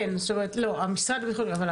בשנה האחרונה לא היה.